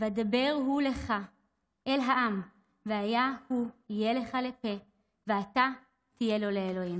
"ודבר הוא לך אל העם והיה הוא יהיה לך לפה ואתה תהיה לו לה'".